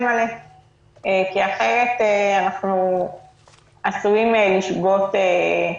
ואנחנו לא עסוקים במשחק כיסאות.